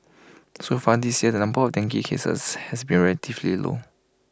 so far this year the number of dengue cases has been relatively low